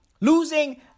losing